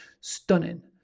stunning